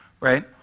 right